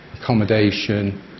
accommodation